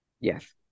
Yes